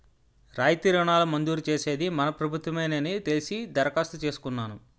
రాయితీ రుణాలు మంజూరు చేసేది మన ప్రభుత్వ మేనని తెలిసి దరఖాస్తు చేసుకున్నాను